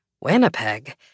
Winnipeg